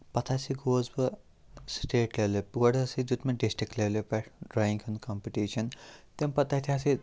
پَتہٕ ہَسے گوس بہٕ سِٹیٹ لٮ۪ولہِ گۄڈٕ ہَسے دیُت ڈِسٹِرٛک لٮ۪ولہِ پٮ۪ٹھ ڈرٛایِنٛگ ہُنٛد کَمپٕٹِشَن تَمہِ پَتہٕ تَتہِ ہاسے